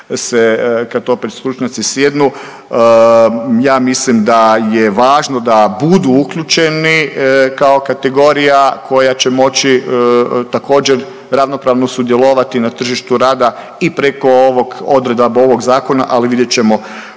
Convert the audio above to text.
kad opet stručnjaci sjednu. Ja mislim da je važno da budu uključeni kao kategorija koja će moći također ravnomjerno sudjelovati na tržištu rada i preko ovih odredaba ovog zakona. Ali vidjet ćemo